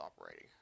operating